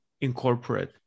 incorporate